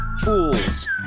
fools